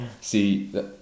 see